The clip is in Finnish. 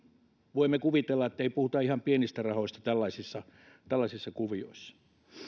voimme kuvitella että ei puhuta ihan pienistä rahoista tällaisissa tällaisissa kuvioissa